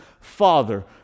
father